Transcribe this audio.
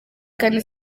kandi